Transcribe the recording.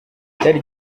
cyari